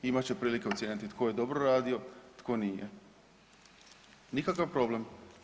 Imat će prilike ocijeniti tko je dobro radio, tko nije, nikakav problem.